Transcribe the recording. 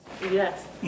Yes